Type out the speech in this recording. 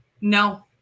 no